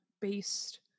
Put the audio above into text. based